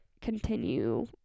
continue